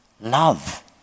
love